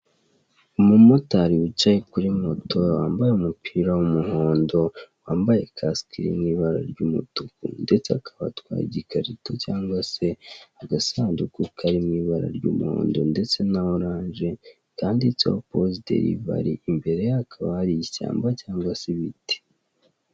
Umumotari wicaye kuri moto wambaye umupira w'umuhondo, wambaye kasike iri mu ibara ry'umutuku, ndetse akaba atwaye igikarito cyangwa se agasanduku kari mu ibara ry'umuhondo ndetse na oranje, kanditseho pozi derivari, imbere hakaba hari ishyamba cyangwa se ibiti.